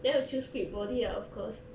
then will choose fit body ah of course